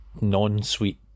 non-sweet